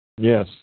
yes